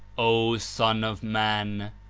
o son of man!